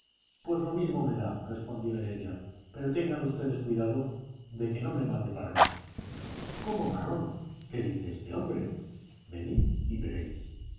pues lo mismo me da respondió heredia pero tengan ustedes cuidado de que no me mate parrón cómo parrón qué dice este hombre venid y veréis